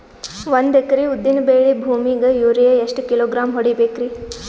ಒಂದ್ ಎಕರಿ ಉದ್ದಿನ ಬೇಳಿ ಭೂಮಿಗ ಯೋರಿಯ ಎಷ್ಟ ಕಿಲೋಗ್ರಾಂ ಹೊಡೀಬೇಕ್ರಿ?